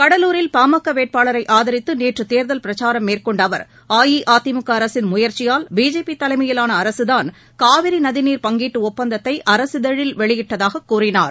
கடலூரில் PMK வேட்பாளரை ஆதரித்து நேற்று தேர்தல் பிரச்சாரம் மேற்கொண்ட அவர் அஇஅதிமுக அரசின் முயற்சியால் பிஜேபி தலைமையிலான அரசுதாள் காவிரி நதிநீர் பங்கீட்டு ஒப்பந்தத்தை அரசிதழில் வெளியிட்டதாக கூறினார்